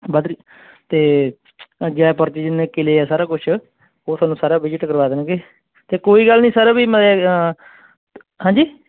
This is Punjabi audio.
ਬਦਰੀ ਅਤੇ ਜੈਪੁਰ 'ਚ ਜਿੰਨੇ ਕਿਲ੍ਹੇ ਹੈ ਸਾਰਾ ਕੁਛ ਉਹ ਸਾਨੂੰ ਸਾਰਾ ਵਿਜਿਟ ਕਰਵਾ ਦੇਣਗੇ ਤੇ ਕੋਈ ਗੱਲ ਨਹੀਂ ਸਰ ਵੀ ਮੈਂ ਹਾਂ ਹਾਂਜੀ